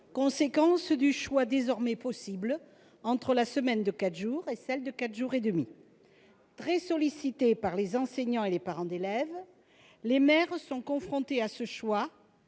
raison du choix désormais possible entre la semaine de 4 jours et celle de 4 jours et demi. Très sollicités par les enseignants et les parents d'élèves, les maires sont confrontés à ce choix,